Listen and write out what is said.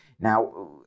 Now